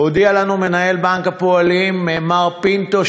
הודיע לנו מנהל בנק הפועלים מר פינטו,